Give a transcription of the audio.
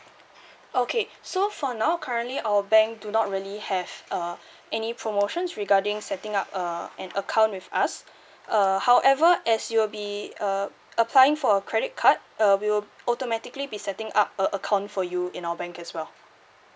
okay so for now currently our bank do not really have uh any promotions regarding setting up uh an account with us uh however as you'll be uh applying for a credit card uh we will automatically be setting up a account for you in our bank as well